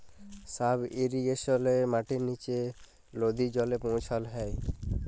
sub ইরিগেশলে মাটির লিচে লদী জলে পৌঁছাল হ্যয়